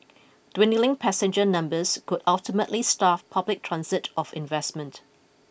dwindling passenger numbers could ultimately starve public transit of investment